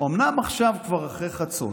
אומנם עכשיו כבר אחרי חצות,